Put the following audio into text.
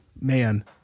Man